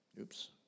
Oops